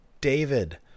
David